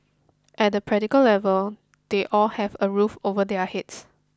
at the practical level they all have a roof over their heads